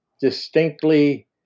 distinctly